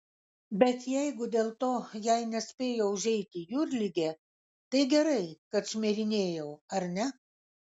bet jeigu dėl to jai nespėjo užeiti jūrligė tai gerai kad šmirinėjau ar ne